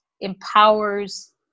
empowers